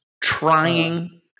Trying